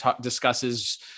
discusses